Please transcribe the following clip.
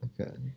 Okay